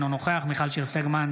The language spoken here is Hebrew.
אינו נוכח מיכל שיר סגמן,